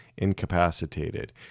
Incapacitated